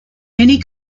many